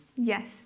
Yes